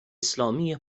اسلامی